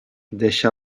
deixa